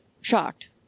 shocked